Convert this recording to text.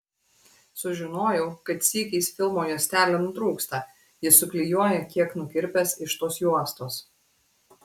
sužinojau kad sykiais filmo juostelė nutrūksta jis suklijuoja kiek nukirpęs iš tos juostos